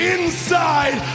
Inside